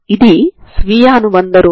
అంటే u2xx0u2ξξu2ξξ0 అని అర్థం సరేనా